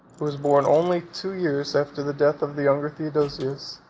who was born only two years after the death of the younger theodosius,